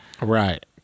Right